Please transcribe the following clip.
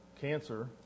cancer